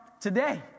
today